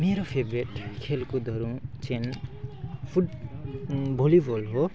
मेरो फेबरेट खेलकुदहरू चाहिँ फुट भलिबल हो